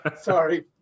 Sorry